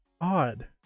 odd